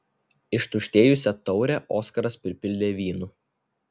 ištuštėjusią taurę oskaras pripildė vynu